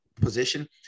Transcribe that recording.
position